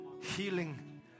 healing